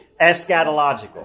Eschatological